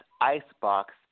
icebox